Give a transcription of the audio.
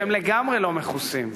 שהם לגמרי לא מכוסים.